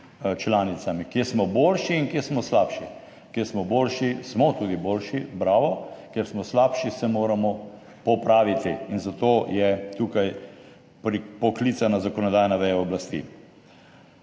članicami, kje smo boljši in kje smo slabši. Kjer smo boljši, smo tudi boljši, bravo, kjer smo slabši, se moramo popraviti. In za to je tukaj poklicana zakonodajna veja oblasti.